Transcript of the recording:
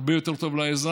הרבה יותר טוב לאזרח,